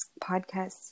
podcast